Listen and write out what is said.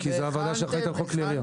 כי זו הוועדה שאחראית על חוק כלי ירייה.